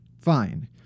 fine